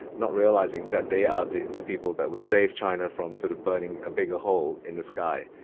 not realising that they are the the people that will save china from sort of burning a bigger hole in the sky.